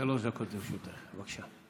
שלוש דקות לרשותך, בבקשה.